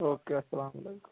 او کے اَسلامُ عَلیکُم